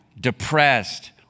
depressed